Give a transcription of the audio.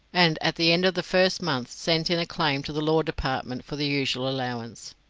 and at the end of the first month sent in a claim to the law department for the usual allowance.